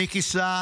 מי כיסה